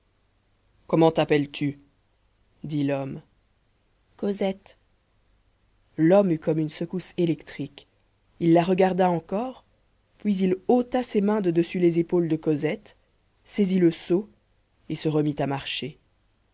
comment t'appelles-tu dit l'homme cosette l'homme eut comme une secousse électrique il la regarda encore puis il ôta ses mains de dessus les épaules de cosette saisit le seau et se remit à marcher